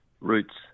routes